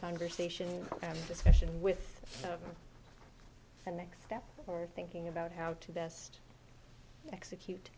conversation and discussion with the next step or thinking about how to best execute